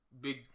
big